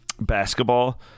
basketball